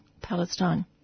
Palestine